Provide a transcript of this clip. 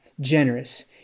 generous